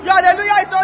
Hallelujah